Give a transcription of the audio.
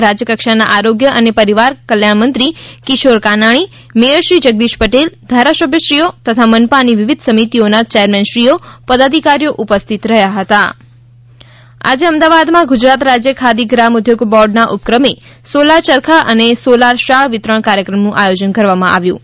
પાટીલ રાજ્યકક્ષાના આરોગ્ય અને પરિવાર કલ્યાણમંત્રી કિશોર કાનાણી મેથરશ્રી જગદીશ પટેલ ધારાસભ્યશ્રીઓ તથા મનપાની વિવિધ સમિતિઓના ચેરમેનશ્રીઓ પદાધિકારીઓ ઉપસ્થિત રહયા હતા યુડાસમા કાર્યક્રમ આજે અમદાવાદમાં ગુજરાત રાજ્ય ખાદી ગ્રામ ઉધ્યોગ બોર્ડના ઉપક્રમે સોલાર ચરખા અને સોલાર શાળ વિતરણ કાર્યક્રમનું આયોજન કરવામાં આવ્યું છે